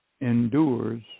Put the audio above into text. endures